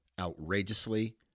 outrageously